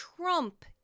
Trump